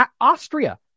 Austria